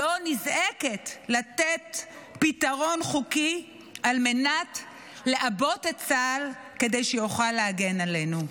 לא נזעקת לתת פתרון חוקי על מנת לעבות את צה"ל כדי שיוכל להגן עלינו.